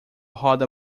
roda